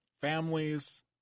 families